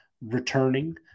returning